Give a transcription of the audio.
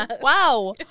Wow